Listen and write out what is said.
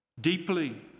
deeply